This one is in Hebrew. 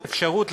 אפשרות,